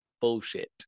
bullshit